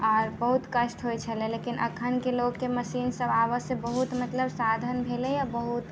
आओर बहुत कष्ट होइत छलै लेकिन एखनके लोककेँ मशीनसभ आबयसँ बहुत मतलब साधन भेलैए बहुत